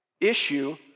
issue